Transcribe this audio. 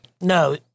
No